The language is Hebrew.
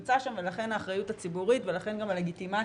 נמצא שם ולכן האחריות הציבורית ולכן גם הלגיטימציה